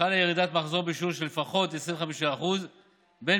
וחלה ירידת מחזור בשיעור של לפחות 25% בין